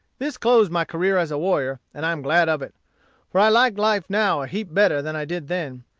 this closed my career as a warrior and i am glad of it for i like life now a heap better than i did then.